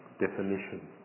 definition